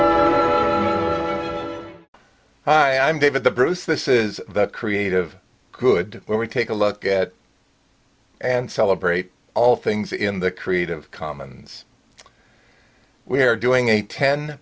lou i'm david the bruce this is the creative good when we take a look at and celebrate all things in the creative commons we're doing a ten